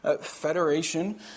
federation